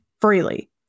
freely